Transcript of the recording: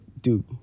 dude